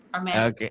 Okay